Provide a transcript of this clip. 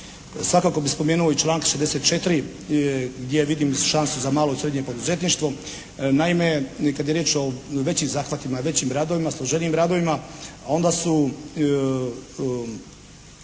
Svakako bih spomenuo i članak 64. gdje vidim šansu za malo i srednje poduzetništvo. Naime kad je riječ o većim zahvatima, većim radovima, složenijim radovima onda su